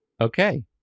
Okay